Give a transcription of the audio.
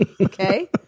Okay